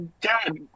Dad